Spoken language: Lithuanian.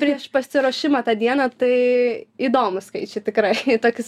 prieš pasiruošimą tą dieną tai įdomūs skaičiai tikrai tokius